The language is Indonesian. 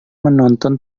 menonton